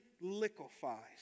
liquefies